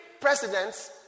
presidents